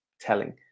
telling